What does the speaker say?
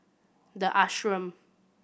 The Ashram